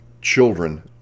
children